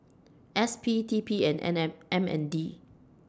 S P T P An and M M N D